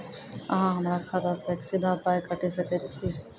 अहॉ हमरा खाता सअ सीधा पाय काटि सकैत छी?